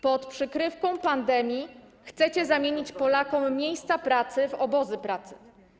Pod przykrywką pandemii chcecie zamienić Polakom miejsca pracy w obozy pracy.